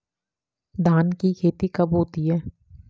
धान की खेती कब होती है?